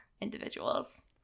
individuals